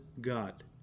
God